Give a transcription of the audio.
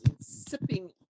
sipping